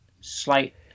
slight